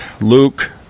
Luke